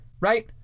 right